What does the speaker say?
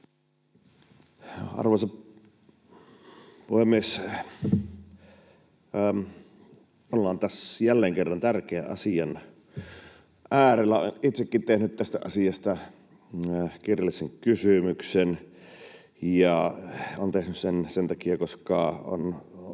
Arvoisa puhemies! Ollaan taas jälleen kerran tärkeän asian äärellä. Olen itsekin tehnyt tästä asiasta kirjallisen kysymyksen ja olen tehnyt sen sen takia, että on